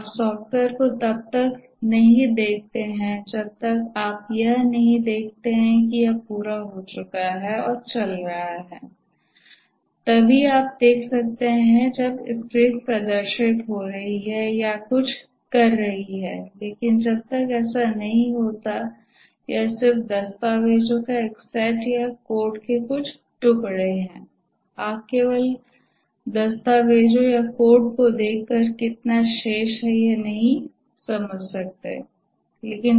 आप सॉफ्टवेयर को तब तक नहीं देखते हैं जब तक आप यह नहीं देखते हैं कि यह पूरा हो चुका है और चल रहा है तभी आप देखते हैं कि स्क्रीन प्रदर्शित हो रहे हैं यह कुछ करता है लेकिन जब तक ऐसा नहीं होता यह सिर्फ दस्तावेजों का एक सेट या कोड के कुछ टुकड़े हैं आप केवल दस्तावेजों या कोड को देखकर कितना शेष है यह नहीं समझ सकते